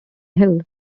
hill